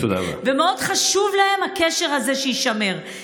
ומאוד חשוב להם שיישמר הקשר הזה.